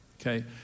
Okay